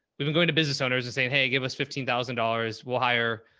we've been going to business owners and saying, hey, give us fifteen thousand dollars. we'll hire.